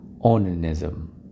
Onanism